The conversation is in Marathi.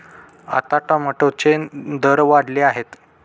आता टोमॅटोचे दर वाढले आहेत